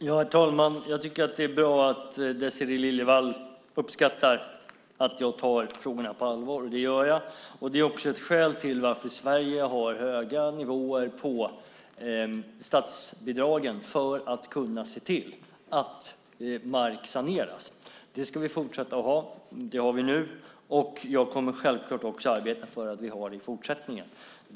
Herr talman! Det är bra att Désirée Liljevall uppskattar att jag tar frågorna på allvar, för det gör jag. Det är också ett skäl till varför Sverige har höga nivåer på statsbidragen för att kunna se till att mark saneras. Det har vi nu, och jag kommer självklart också att arbeta för att vi har det i fortsättningen.